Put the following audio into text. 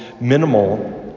minimal